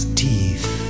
teeth